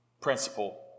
principle